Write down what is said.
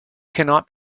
cannot